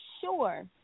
sure